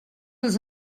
els